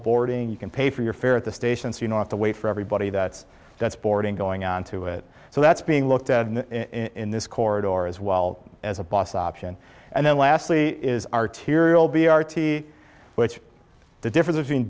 boarding you can pay for your fare at the station so you know have to wait for everybody that's that's boarding going onto it so that's being looked at in this corridor as well as a boss option and then lastly is arterial b r t which the difference between